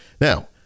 Now